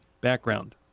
background